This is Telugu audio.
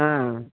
ఆ